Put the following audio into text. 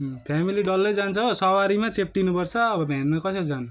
family डल्लै जान्छ हो सवारीमा चेप्टिनु पर्छ अब भेनमा कसरी जानु